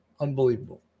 unbelievable